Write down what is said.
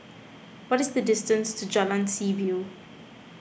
what is the distance to Jalan Seaview